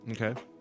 Okay